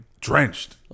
drenched